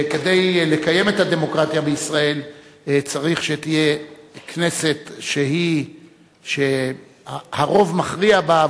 שכדי לקיים את הדמוקרטיה בישראל צריך שתהיה כנסת שהרוב מכריע בה,